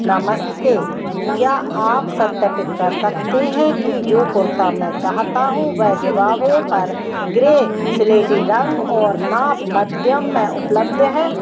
नमस्ते क्या आप सत्यापित कर सकते हैं कि जो कुर्ता मैं चाहता हूँ वह ज़िवावे पर ग्रे सिलेटी रंग और नाप मध्यम में उपलब्ध है